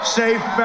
safe